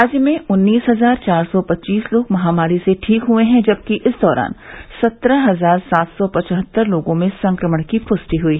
राज्य में उन्नीस हजार चार सौ पच्चीस लोग महामारी से ठीक हए हैं जबकि इस दौरान सत्रह हजार सात सौ पचहत्तर लोगों में संक्रमण की पुष्टि हुयी